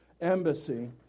embassy